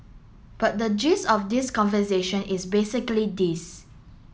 but the gist of this conversation is basically this